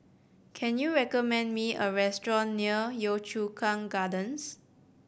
can you recommend me a restaurant near Yio Chu Kang Gardens